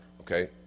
Okay